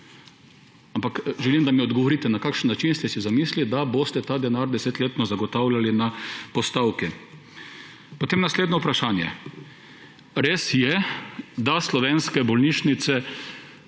Ampak želim, da mi odgovorite, na kakšen način ste si zamislili, da boste ta denar desetletno zagotavljali na postavki. Potem naslednje vprašanje. Res je, da so slovenske bolnišnice